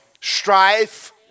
strife